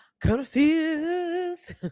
confused